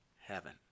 heaven